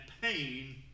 pain